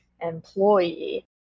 employee